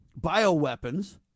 bioweapons